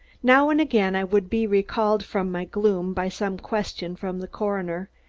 now and again i would be recalled from my gloom by some question from the coroner.